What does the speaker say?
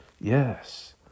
Yes